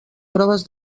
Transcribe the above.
proves